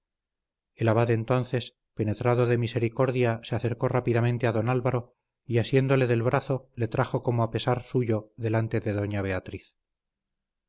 el abad entonces penetrado de misericordia se acercó rápidamente a don álvaro y asiéndole del brazo le trajo como a pesar suyo delante de doña beatriz